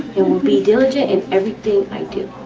and will be diligent in everything i do.